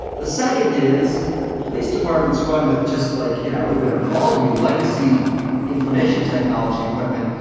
the second is police departments run with just like, you know, it would appall you legacy information technology equipment.